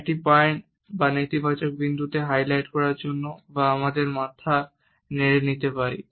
একটি পয়েন্ট বা নেতিবাচক বিন্দুকে হাইলাইট করার জন্য বা আমি আমার মাথা নেড়ে দিতে পারি